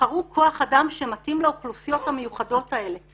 תבחרו כוח אדם שמתאים לאוכלוסיות המיוחדות האלה.